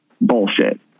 bullshit